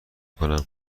کنم